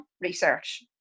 research